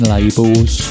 Labels